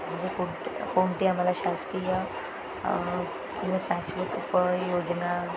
म्हणजे कोणते कोणती आम्हाला शासकीय किंवा सांस्कृतिक योजना